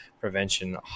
Prevention